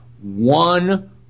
one